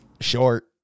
Short